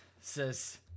says